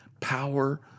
power